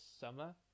summer